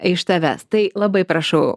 iš tavęs tai labai prašau